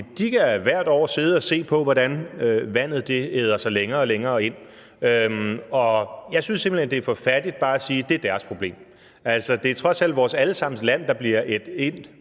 kan hvert år sidde og se på, hvordan vandet æder sig længere og længere ind. Jeg synes simpelt hen, det er for fattigt bare at sige, at det er deres problem. Det er trods alt vores alle sammens land, der bliver ædt ind